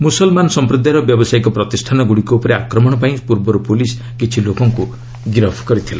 ମୁସଲ୍ମାନ ସମ୍ପ୍ରଦାୟର ବ୍ୟାବସାୟିକ ପ୍ରତିଷ୍ଠାଗୁଡ଼ିକ ଉପରେ ଆକ୍ରମଣ ପାଇଁ ପୂର୍ବରୁ ପୁଲିସ୍ କିଛି ଲୋକଙ୍କୁ ଗିରଫ କରିଥିଲା